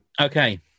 okay